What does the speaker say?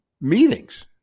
meetings